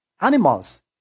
animals